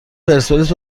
پرسپولیس